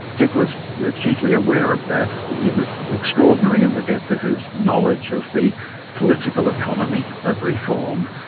dick was acutely aware of that, he was extraordinary in the depth of his knowledge of the political economy of reform.